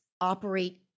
operate